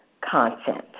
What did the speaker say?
content